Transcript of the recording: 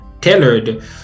tailored